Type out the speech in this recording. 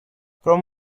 from